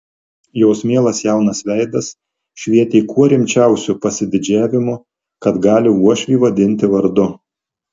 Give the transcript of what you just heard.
jos mielas jaunas veidas švietė kuo rimčiausiu pasididžiavimu kad gali uošvį vadinti vardu